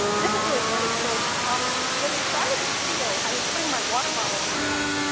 this is really funny. so um when they started this video, i was putting my water bottle on the ground,